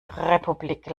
republik